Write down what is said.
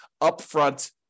upfront